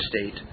state